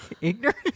ignorant